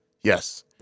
yes